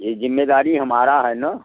ये जिम्मेदारी हमारा है न